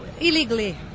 illegally